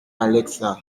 alexa